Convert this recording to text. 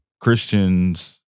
Christians